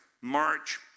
march